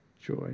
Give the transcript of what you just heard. joy